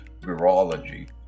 Virology